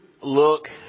look